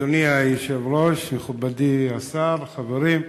אדוני היושב-ראש, מכובדי השר, חברים,